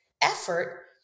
effort